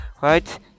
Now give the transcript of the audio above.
right